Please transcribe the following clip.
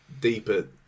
deeper